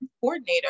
coordinator